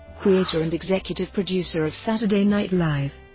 creator and executive producer of saturday night live.